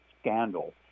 scandal